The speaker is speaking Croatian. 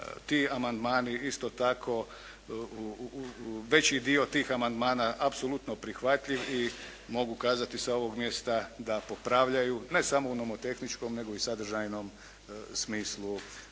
ti amandmani isto tako, veći dio tih amandmana apsolutno prihvatljiv i mogu kazati sa ovog mjesta da popravljaju ne samo u nomotehničkom nego i sadržajnom smislu